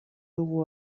dugu